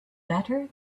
better